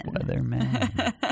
Weatherman